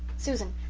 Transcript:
susan,